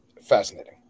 fascinating